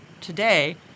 today